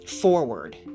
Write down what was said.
forward